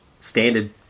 standard